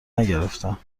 نگرفتم